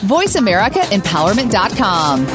VoiceAmericaEmpowerment.com